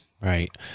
Right